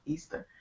Easter